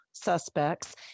suspects